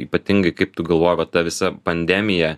ypatingai kaip tu galvoji va ta visa pandemija